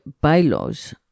bylaws